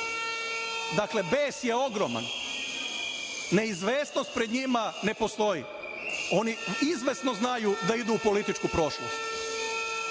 vidimo. Dakle, bes je ogroman. Neizvesnost pred njima ne postoji. Oni izvesno znaju da idu u političku prošlost